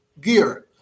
gear